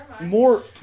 more